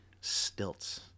stilts